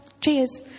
Cheers